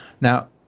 Now